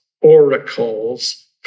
oracles